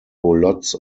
lots